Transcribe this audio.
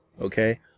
okay